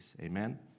Amen